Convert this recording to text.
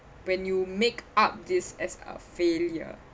when you make up this as a failure